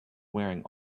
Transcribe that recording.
wearing